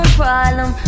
problem